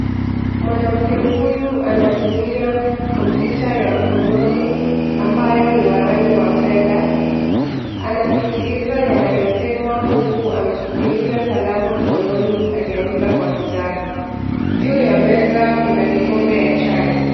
Mwanamke huyu anatumia komputa ya mkononi ambayo ni wa rangi ya fedha. Anasikiliza yanayosemwa huku amaeshikilia kalamu mkononi akinadika kwa kitabu, juu ya meza kuna kikombe ya chai.